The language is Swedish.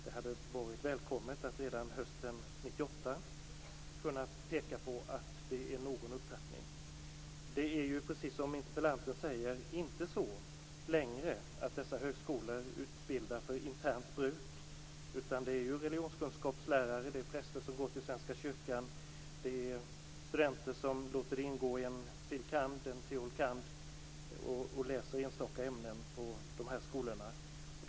Det hade varit välkommet att redan hösten 1998 kunna peka på att det sker någon upptrappning. Det är, precis som interpellanten säger, inte längre så att dessa högskolor utbildar för internt bruk. Det är religionskunskapslärare, präster som går till Svenska kyrkan, studenter som läser enstaka ämnen på de här skolorna och låter dem ingå i en fil.kand. eller en teol.kand.